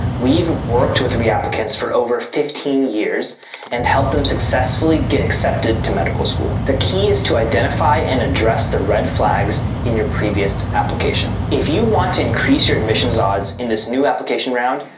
we've worked with reapplicants for over fifteen years and helped them successfully get accepted to medical school. the key is to identify and address the red flags in your previous application. if you want to increase your admissions odds in this new application round,